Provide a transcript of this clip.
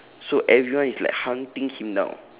so everyone is like hunting him down